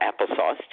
applesauce